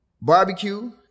barbecue